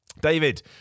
David